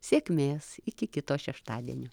sėkmės iki kito šeštadienio